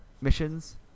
missions